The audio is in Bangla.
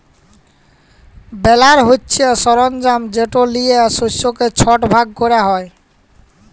বেলার হছে সরলজাম যেট লিয়ে শস্যকে ছট ভাগ ক্যরা হ্যয়